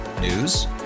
News